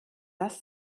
das